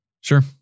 Sure